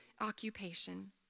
occupation